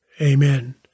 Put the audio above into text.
Amen